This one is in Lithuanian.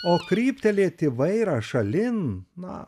o kryptelėti vairą šalin na